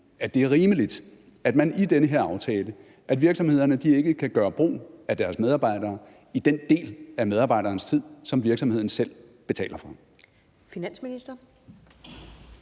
at det er rimeligt, at virksomhederne med den her aftale ikke kan gøre brug af deres medarbejdere i den del af medarbejderens tid, som virksomheden selv betaler for?